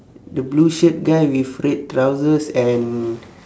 the blue shirt guy with red trousers and